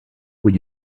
would